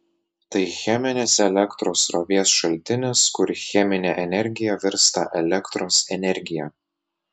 tai cheminis elektros srovės šaltinis kur cheminė energija virsta elektros energija